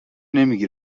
نمیگی